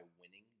winning